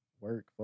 Work